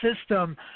system